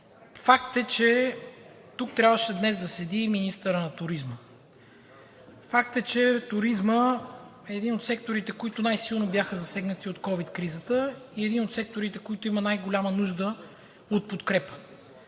факт е, че тук трябваше днес да седи и министърът на туризма. Факт е, че туризмът е един от секторите, които най-силно бяха засегнати от ковид кризата, и един от секторите, които има най голяма нужда от подкрепа.